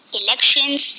elections